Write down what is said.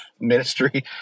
ministry